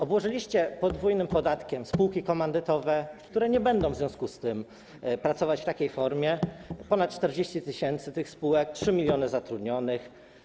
Obłożyliście podwójnym podatkiem spółki komandytowe, które w związku z tym nie będą pracować w takiej formie - ponad 40 tys. spółek, 3 mln zatrudnionych.